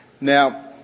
Now